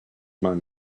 man